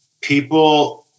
people